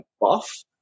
buff